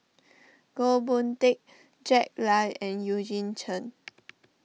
Goh Boon Teck Jack Lai and Eugene Chen